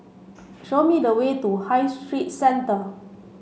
show me the way to High Street Centre